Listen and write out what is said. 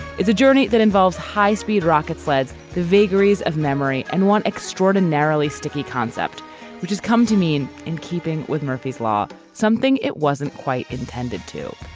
it's a journey that involves high speed rocket sleds, the vagaries of memory, and one extraordinarily sticky concept which has come to mean in keeping with murphy's law, something it wasn't quite intended to.